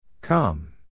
Come